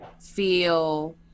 feel